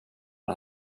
den